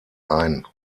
ein